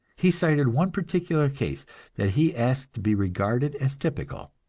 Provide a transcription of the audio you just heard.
he cited one particular case that he asked to be regarded as typical.